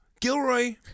gilroy